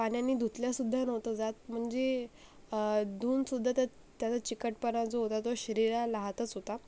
पाण्यानी धुतलंसुद्धा नव्हतं जात म्हणजे धुवूनसुद्धा त्यात त्याचा चिकटपणा जो होता तो शरीराला रहातच होता